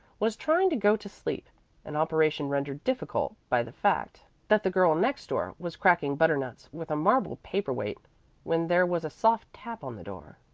was trying to go to sleep an operation rendered difficult by the fact that the girl next door was cracking butternuts with a marble paper-weight when there was a soft tap on the door.